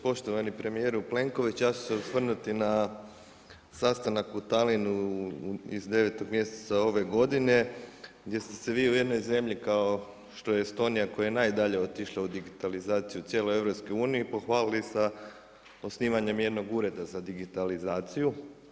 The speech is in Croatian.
Poštovani premijeru Plenković, ja ću se osvrnuti na sastanak u Tallinnu iz 9 mjeseca ove godine gdje ste se vi u jednoj zemlji kao što je Estonija koja je najdalje otišla u digitalizaciju cijeloj Europskoj uniji pohvalili sa osnivanjem jednog Ureda za digitalizaciju.